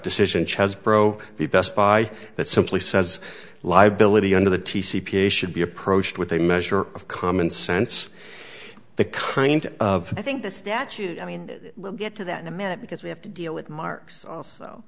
decision chaz broke the best buy but simply says liability under the t c p a should be approached with a measure of common sense the kind of i think the statute i mean we'll get to that in a minute because we have to deal with marks also